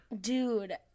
Dude